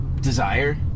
desire